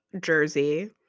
Jersey